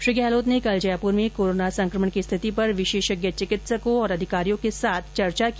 श्री गहलोत ने कल जयपुर में कोरोना संक्रमण की स्थिति पर विशेषज्ञ चिकित्सकों तथा अधिकारियों के साथ चर्चा की